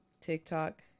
TikTok